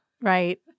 right